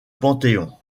panthéon